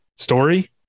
story